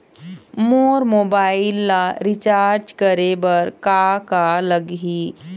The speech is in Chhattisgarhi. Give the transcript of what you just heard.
मोर मोबाइल ला रिचार्ज करे बर का का लगही?